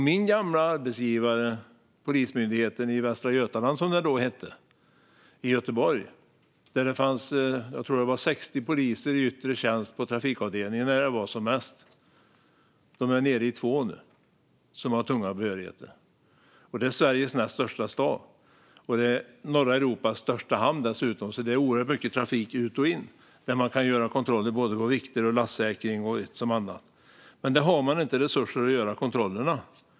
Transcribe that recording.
Min gamla arbetsgivare Polismyndigheten i Västra Götaland, som den då hette, i Göteborg hade 60 poliser i yttre tjänst på trafikavdelningen när de var som flest. Nu är de nere på två som har tunga behörigheter, och det är i Sveriges näst största stad. Det är dessutom norra Europas största hamn, så det är oerhört mycket trafik ut och in där man kan göra kontroller på både vikter och lastsäkring och annat. Men man har inte resurser att göra de kontrollerna.